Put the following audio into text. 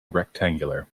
rectangular